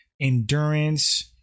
endurance